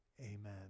amen